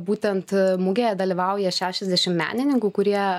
būtent mugėje dalyvauja šešiasdešim menininkų kurie